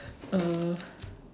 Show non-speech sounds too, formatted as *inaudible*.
uh *breath*